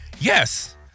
yes